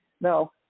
No